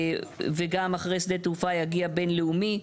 וגם אחרי שדה תעופה יגיע "בינלאומי".